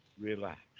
relax